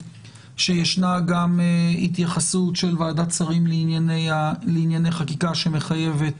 שישנה גם התייחסות של וועדת שרים לענייני חקיקה שמחייבת,